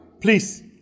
Please